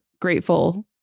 grateful